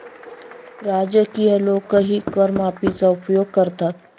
राजकीय लोकही कर माफीचा उपयोग करतात